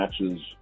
matches